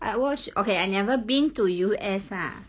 I watch okay I never been to U_S ah